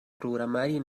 programari